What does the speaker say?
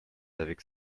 avec